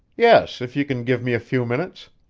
yes, if you can give me a few minutes.